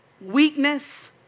weakness